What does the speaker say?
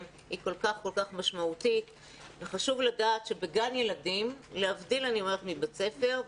היא כל כך משמעותית וחשוב לדעת שבגן ילדים להבדיל מבית ספר,